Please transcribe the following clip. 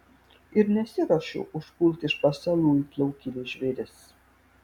ir nesiruošiu užpulti iš pasalų it laukinis žvėris